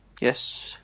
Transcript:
Yes